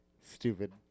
Stupid